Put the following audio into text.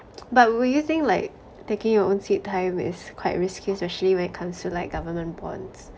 but would you think like taking your own sweet time is quite risky especially when it comes to like government bonds